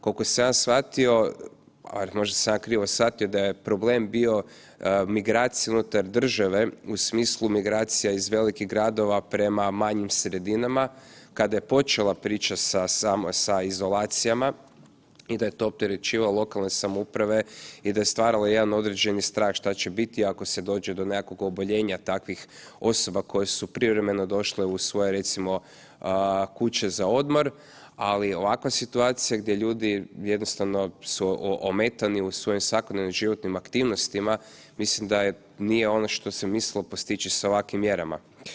Koliko sam ja shvatio, a možda sam ja krivo shvatio da je problem bio migracije unutar države u smislu migracija iz velikih gradova prema manjim sredinama kada je počela priča sa izolacijama i da je to opterećivalo lokalne samouprave i da je stvaralo jedan određeni strah šta će biti ako se dođe do nekakvog oboljenja takvih osoba koje su privremeno došle u svoje recimo kuće za odmor, ali ovakva situacija gdje ljudi jednostavno su ometani u svojim svakodnevnim životnim aktivnostima, mislim da nije ono što se mislilo postići sa ovakvim mjerama.